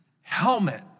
helmet